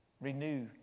renew